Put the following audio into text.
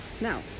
now